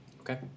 Okay